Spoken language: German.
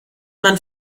man